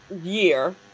year